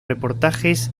reportajes